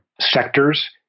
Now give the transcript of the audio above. sectors